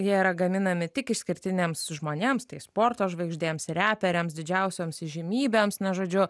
jie yra gaminami tik išskirtiniams žmonėms tai sporto žvaigždėms reperiams didžiausioms įžymybėms na žodžiu